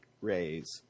rays